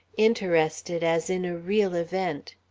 interested as in a real event.